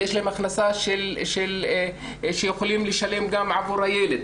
יש להם הכנסה והם יכולים לשלם גם עבור הילד,